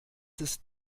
ist